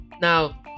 Now